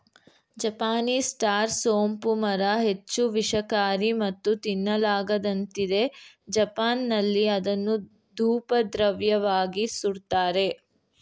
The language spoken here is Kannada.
ಜಪಾನೀಸ್ ಸ್ಟಾರ್ ಸೋಂಪು ಮರ ಹೆಚ್ಚು ವಿಷಕಾರಿ ಮತ್ತು ತಿನ್ನಲಾಗದಂತಿದೆ ಜಪಾನ್ನಲ್ಲಿ ಅದನ್ನು ಧೂಪದ್ರವ್ಯವಾಗಿ ಸುಡ್ತಾರೆ